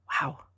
Wow